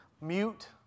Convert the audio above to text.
mute